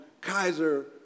Kaiser